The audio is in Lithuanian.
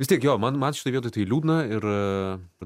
vis tiek jo man man tai šitoj vietoj tai liūdna ir